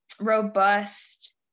robust